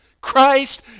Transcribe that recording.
Christ